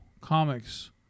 comics